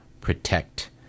protect